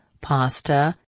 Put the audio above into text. Pasta